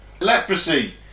Leprosy